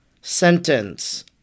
sentence